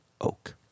oak